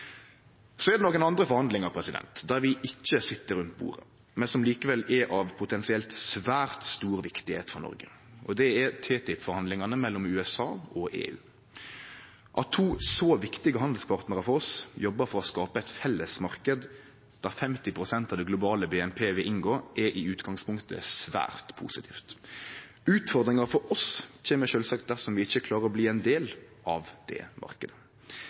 Så er det nokre andre forhandlingar der vi ikkje sit rundt bordet, men som likevel er potensielt svært viktige for Noreg. Det er TTIP-forhandlingane mellom USA og EU. At to så viktige handelspartnarar for oss jobbar for å skape ein felles marknad der 50 pst. av det globale BNP vil inngå, er i utgangspunktet svært positivt. Utfordringa for oss kjem sjølvsagt dersom vi ikkje klarer å bli ein del av